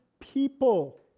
people